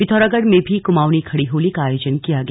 पिथौरागढ़ में भी कुमाउंनी खड़ी होली का आयोजन किया गया